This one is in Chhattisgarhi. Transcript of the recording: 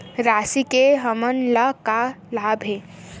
राशि से हमन ला का लाभ हे?